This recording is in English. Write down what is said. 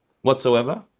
whatsoever